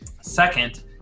Second